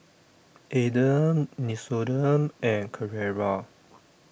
Aden Nixoderm and Carrera